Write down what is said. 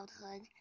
childhood